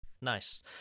nice